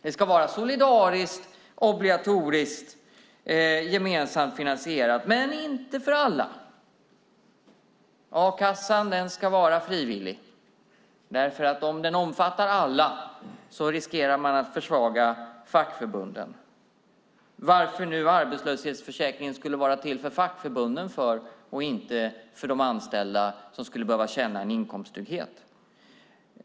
Det ska vara solidariskt, obligatoriskt och gemensamt finansierat, men inte för alla. A-kassan ska vara frivillig, för om den omfattar alla riskerar man att försvaga fackförbunden. Varför nu arbetslöshetsförsäkringen skulle vara till för fackförbunden och inte för de anställda som skulle behöva känna en inkomsttrygghet?